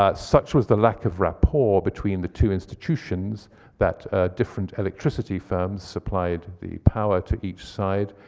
ah such was the lack of rapport between the two institutions that different electricity firms supplied the power to each side,